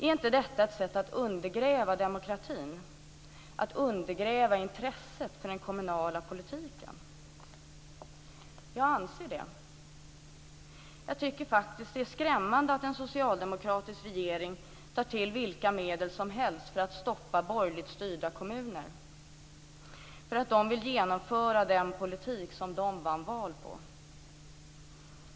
Är inte detta ett sätt att undergräva demokratin, att undergräva intresset för den kommunala politiken? Jag anser det. Jag tycker faktiskt att det är skrämmande att en socialdemokratisk regering tar till vilka medel som helst för att stoppa borgerligt styrda kommuner när de vill genomföra den politik som de vann val på.